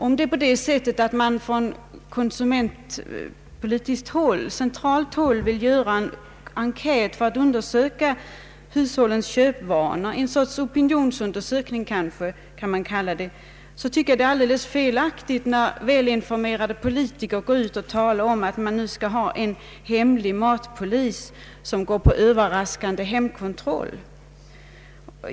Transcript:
Om man från konsumentpolitiskt centralt hål" vill göra en enkät för att undersöka hushållens köpvanor — vi kan kalla det en sorts opinionsundersökning — tycker jag att det är alldeles felaktigt, när välinformerade politiker talar om att det nu skulle finnas en hemlig matpolis som går på överraskande hemkontroll.